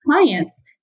clients